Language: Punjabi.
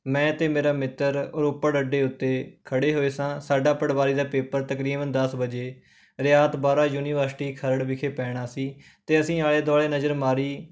ਮੈਂ ਅਤੇ ਮੇਰਾ ਮਿੱਤਰ ਰੋਪੜ ਅੱਡੇ ਉੱਤੇ ਖੜ੍ਹੇ ਹੋਏ ਸਾਂ ਸਾਡਾ ਪਟਵਾਰੀ ਦਾ ਪੇਪਰ ਤਕਰੀਬਨ ਦਸ ਵਜੇ ਰਿਆਤ ਬਹਾਰਾ ਯੂਨੀਵਰਸਿਟੀ ਖਰੜ ਵਿਖੇ ਪੈਣਾ ਸੀ ਅਤੇ ਅਸੀਂ ਆਲੇ ਦੁਆਲੇ ਨਜ਼ਰ ਮਾਰੀ